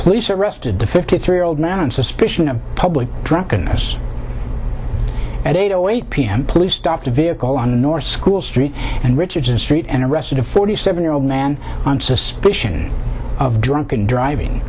police arrested the fifty three year old man on suspicion of public drunkenness at eight o eight p m police stopped a vehicle on north school street and richardson street and arrested a forty seven year old man on suspicion of drunken driving